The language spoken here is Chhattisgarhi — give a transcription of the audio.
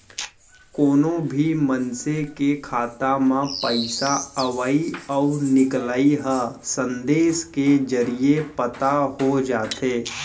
कोनो भी मनसे के खाता म पइसा अवइ अउ निकलई ह संदेस के जरिये पता हो जाथे